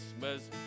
Christmas